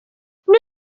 نرخ